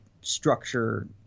structure